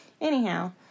anyhow